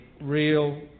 real